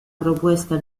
propuesta